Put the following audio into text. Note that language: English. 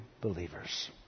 believers